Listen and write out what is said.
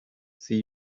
see